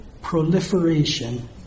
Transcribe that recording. proliferation